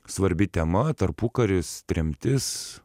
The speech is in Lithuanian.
svarbi tema tarpukaris tremtis